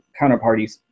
counterparties